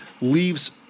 leaves